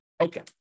Okay